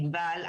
ענבל,